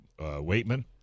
waitman